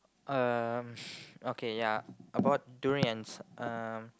um okay ya about durians um